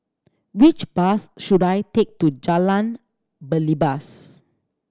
which bus should I take to Jalan Belibas